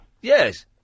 Yes